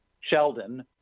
sheldon